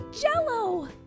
jello